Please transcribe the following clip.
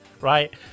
right